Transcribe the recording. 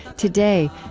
today,